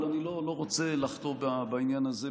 אבל אני לא רוצה לחטוא בעניין הזה,